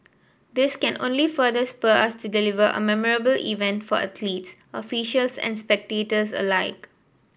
this can only further spur us to deliver a memorable event for athletes officials and spectators alike